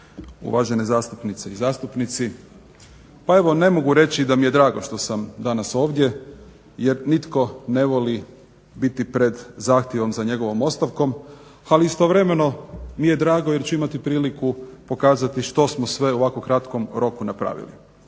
uvažene zastupnice i zastupnici. Pa evo ne mogu reći da mi je drago što sam danas ovdje, jer nitko ne voli biti pred zahtjevom za njegovom ostavkom. Ali istovremeno mi je drago jer ću imati priliku što smo sve u ovako kratkom roku napravili.